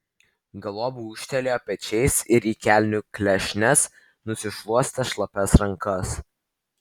galop gūžtelėjo pečiais ir į kelnių klešnes nusišluostė šlapias rankas